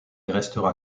restera